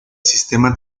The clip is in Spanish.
sistema